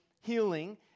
healing